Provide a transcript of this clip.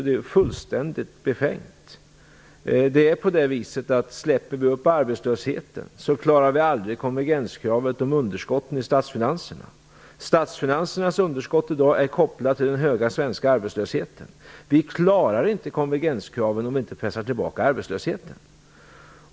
Det är fullständigt befängt. Om vi låter arbetslösheten stiga uppfyller vi inte konvergenskravet om underskotten i statsfinanserna. Statsfinansernas underskott är i dag kopplat till den höga svenska arbetslösheten. Vi uppfyller inte konvergenskraven om vi inte pressar tillbaka arbetslösheten.